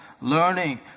Learning